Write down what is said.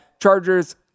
Chargers